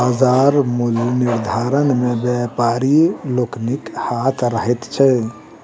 बाजार मूल्य निर्धारण मे व्यापारी लोकनिक हाथ रहैत छै